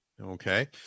Okay